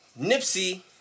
Nipsey